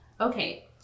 Okay